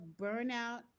burnout